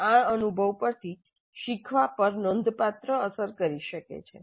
અને આ અનુભવ પરથી શીખવા પર નોંધપાત્ર અસર કરી શકે છે